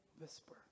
whisper